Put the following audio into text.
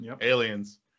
Aliens